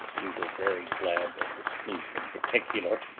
we were very glad of the sloop in particular,